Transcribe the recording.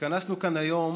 התכנסנו כאן היום